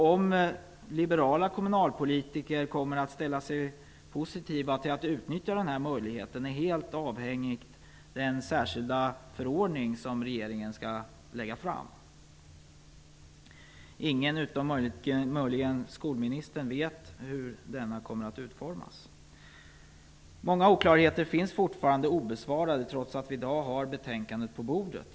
Om liberala kommunalpolitiker kommer att ställa sig positiva till att utnyttja den här möjligheten är helt avhängigt den särskilda förordning som regeringen skall lägga fram. Ingen, utom möjligen skolministern, vet hur denna kommer att utformas. Många oklarheter är fortfarande obesvarade, trots att vi i dag har betänkandet på bordet.